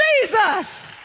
Jesus